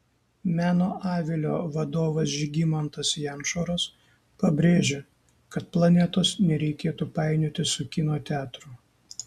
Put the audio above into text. meno avilio vadovas žygimantas jančoras pabrėžė kad planetos nereikėtų painioti su kino teatru